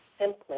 simply